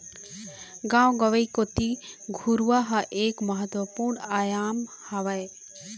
गाँव गंवई कोती घुरूवा ह एक महत्वपूर्न आयाम हरय